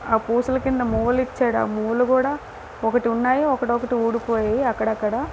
ఆ పూసల కింద మువ్వలిచ్చాడు ఆ మువ్వలు కూడా ఒకటి ఉన్నాయి ఒకటకటి ఊడిపోయాయి అక్కడక్కడ